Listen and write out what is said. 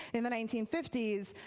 in the nineteen fifty s